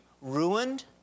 ruined